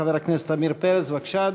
חבר הכנסת עמיר פרץ, בבקשה,